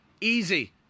Easy